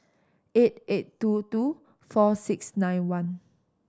eight eight two two four six nine one